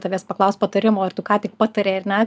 tavęs paklaust patarimo ir tu ką tik patarė ar ne